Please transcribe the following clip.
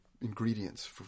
ingredients